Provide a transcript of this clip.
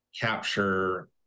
capture